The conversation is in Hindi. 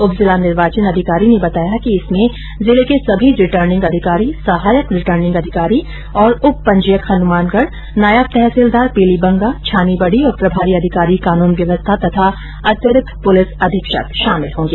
उप जिला निर्वाचन अधिकारी ने बताया कि इसमें हनुमानगढ़ जिले के सभी रिटर्निंग अधिकारी सहायक रिटर्निंग अधिकारी और उप पंजीयक हनुमानगढ नायब तहसीलदार पीलीबंगा छानीबड़ी और प्रभारी अधिकारी कानुन व्यवस्था तथा अतिरिक्त पुलिस अधीक्षक शामिल होंगे